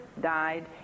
died